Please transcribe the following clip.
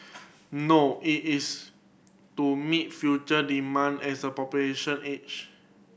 no it is to meet future demand as the population age